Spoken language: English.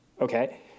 Okay